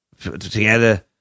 together